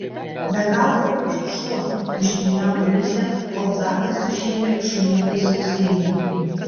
be galo gražus šuo užniūniavo liusė kol zakas sušėrė šunėkui sausainį